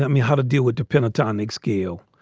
i mean, how to deal with the pentatonic scale.